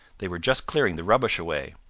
they were just clearing the rubbish away.